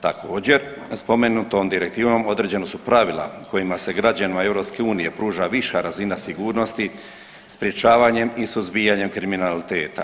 Također spomenutom direktivom određena su pravila kojima se građanima EU pruža viša razina sigurnosti sprječavanjem i suzbijanjem kriminaliteta.